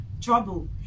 trouble